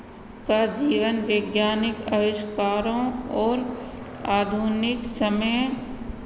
का जीवन वैज्ञानिक आविष्कारों और आधुनिक समय